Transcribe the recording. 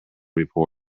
report